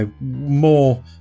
more